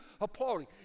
applauding